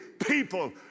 people